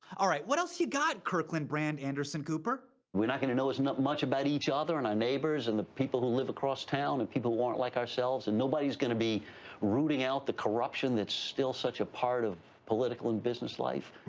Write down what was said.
all right, what else you got, kirkland brand anderson cooper? we're not gonna know as much about each other and our neighbors, and the people who live across town, and the people who aren't like ourselves. and nobody's gonna be rooting out the corruption that's still such a part of political and business life.